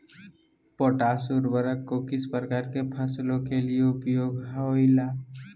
Potash उर्वरक को किस प्रकार के फसलों के लिए उपयोग होईला?